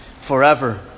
forever